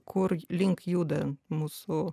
kur link juda mūsų